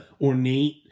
ornate